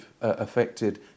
affected